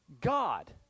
God